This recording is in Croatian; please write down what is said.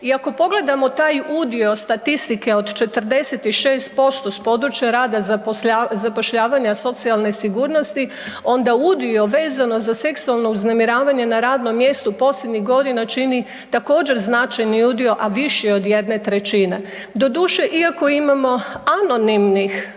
i ako pogledamo taj udio statistike od 46% s područja rada, zapošljavanja i socijalne sigurnosti onda udio vezano za seksualno uznemiravanje na radnom mjestu posljednjih godina čini također značajni udio, a viši je od jedne trećine. Doduše, iako imamo anonimnih